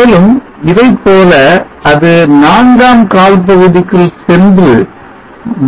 மேலும் இதைப்போல அது நான்காம் கால் பகுதிக்குள் சென்று